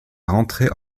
rentrer